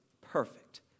perfect